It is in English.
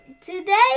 today